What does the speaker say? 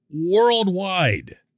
worldwide